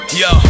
yo